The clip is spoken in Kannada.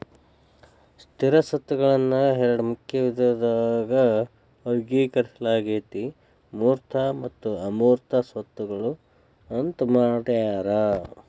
ಸ್ಥಿರ ಸ್ವತ್ತುಗಳನ್ನ ಎರಡ ಮುಖ್ಯ ವಿಧದಾಗ ವರ್ಗೇಕರಿಸಲಾಗೇತಿ ಮೂರ್ತ ಮತ್ತು ಅಮೂರ್ತ ಸ್ವತ್ತುಗಳು ಅಂತ್ ಮಾಡ್ಯಾರ